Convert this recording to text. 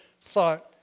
thought